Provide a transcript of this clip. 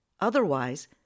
Otherwise